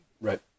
Right